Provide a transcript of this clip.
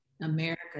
America